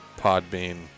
Podbean